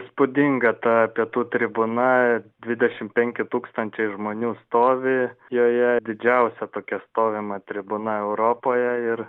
įspūdinga ta pietų tribūna dvidešimt penki tūkstančiai žmonių stovi joje didžiausia tokia stovima tribūna europoje ir